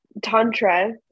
Tantra